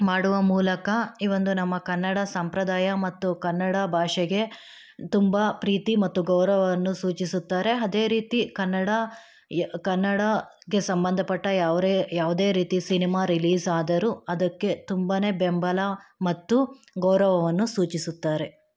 ಮಾಡುವ ಮೂಲಕ ಈವೊಂದು ನಮ್ಮ ಕನ್ನಡ ಸಂಪ್ರದಾಯ ಮತ್ತು ಕನ್ನಡ ಭಾಷೆಗೆ ತುಂಬ ಪ್ರೀತಿ ಮತ್ತು ಗೌರವವನ್ನು ಸೂಚಿಸುತ್ತಾರೆ ಅದೇ ರೀತಿ ಕನ್ನಡ ಕನ್ನಡಗೆ ಸಂಬಂಧಪಟ್ಟ ಯಾವ್ರೆ ಯಾವುದೇ ರೀತಿ ಸಿನಿಮಾ ರಿಲೀಸ್ ಆದರೂ ಅದಕ್ಕೆ ತುಂಬ ಬೆಂಬಲ ಮತ್ತು ಗೌರವವನ್ನು ಸೂಚಿಸುತ್ತಾರೆ